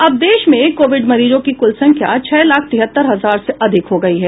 अब देश में कोविड मरीजों की कुल संख्या छह लाख तिहत्तर हजार से अधिक हो गई है